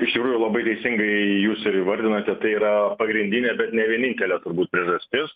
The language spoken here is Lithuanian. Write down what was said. žiūriu labai teisingai jūs ir įvardinote tai yra pagrindinė bet ne vienintelė turbūt priežastis